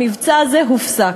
המבצע הזה הופסק.